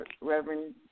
reverend